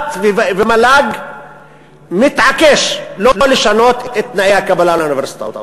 מל"ג מתעקשת לא לשנות את תנאי הקבלה לאוניברסיטאות.